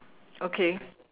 okay